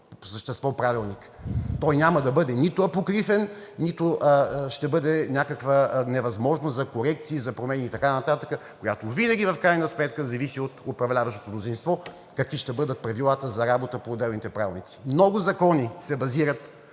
същество е правилник, той няма да бъде нито апокрифен, нито ще бъде някаква невъзможност за корекции, за промени и така нататък, което винаги в крайна сметка зависи от управляващото мнозинство, какви ще бъдат правилата за работа по отделните правилници. Много закони се базират